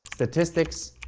statistics,